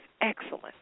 excellent